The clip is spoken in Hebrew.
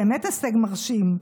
באמת הישג מרשים.